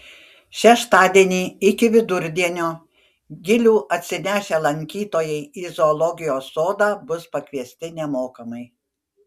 šeštadienį iki vidurdienio gilių atsinešę lankytojai į zoologijos sodą bus pakviesti nemokamai